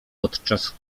podczas